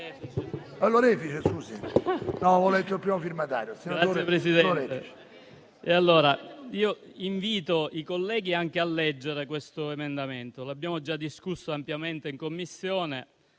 vorrei invitare i colleghi a leggere questo emendamento, che abbiamo già discusso ampiamente in Commissione.